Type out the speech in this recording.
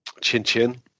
Chin-chin